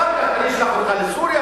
אחר כך אני אשלח אותך לסוריה,